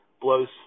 blows